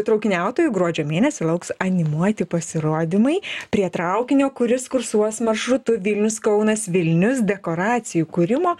traukiniautojų gruodžio mėnesį lauks animuoti pasirodymai prie traukinio kuris kursuos maršrutu vilnius kaunas vilnius dekoracijų kūrimo